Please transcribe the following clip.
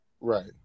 Right